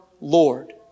Lord